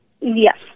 Yes